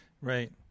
Right